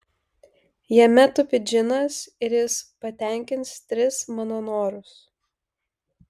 jame tupi džinas ir jis patenkins tris mano norus